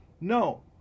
No